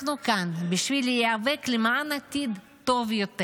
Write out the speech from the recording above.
אנחנו כאן בשביל להיאבק למען עתיד טוב יותר,